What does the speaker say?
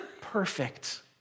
perfect